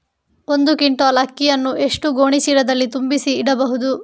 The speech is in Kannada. ಒಂದು ಕ್ವಿಂಟಾಲ್ ಅಕ್ಕಿಯನ್ನು ಎಷ್ಟು ಗೋಣಿಚೀಲದಲ್ಲಿ ತುಂಬಿಸಿ ಇಡಬಹುದು?